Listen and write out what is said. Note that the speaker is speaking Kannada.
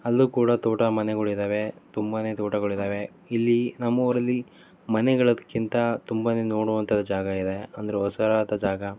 ಅಲ್ಲೂ ಕೂಡ ತೋಟ ಮನೆಗಳು ಇದ್ದಾವೆ ತುಂಬ ತೋಟಗಳಿದ್ದಾವೆ ಇಲ್ಲಿ ನಮ್ಮ ಊರಲ್ಲಿ ಮನೆಗಳಿಗಿಂತ ತುಂಬ ನೋಡುವಂತ ಜಾಗ ಇದೆ ಅಂದರೆ ಹೊಸದಾದ ಜಾಗ